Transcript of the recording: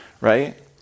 right